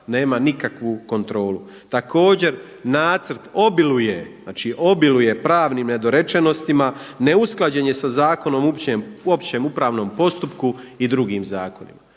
nema nikakvu kontrolu. Također nacrt obiluje, znači obiluje pravnim nedorečenosti, neusklađen je sa Zakonom o općem upravnom postupku i drugim zakonima.